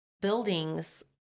buildings